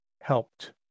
helped